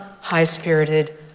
high-spirited